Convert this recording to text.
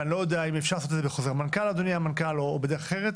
ואני לא יודע אם אפשר לעשות את זה בחוזר מנכ"ל או בדרך אחרת,